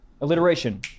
Alliteration